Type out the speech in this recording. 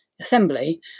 assembly